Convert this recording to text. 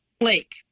lake